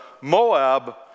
Moab